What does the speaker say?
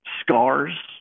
scars